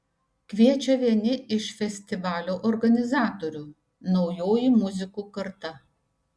kviečia vieni iš festivalio organizatorių naujoji muzikų karta